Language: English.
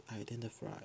identify